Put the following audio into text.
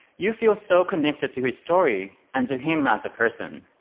you feel so connected to his story and to him as a person.